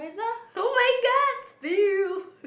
oh-my-god steal